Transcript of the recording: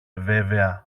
βέβαια